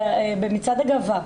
במצעד הגאווה,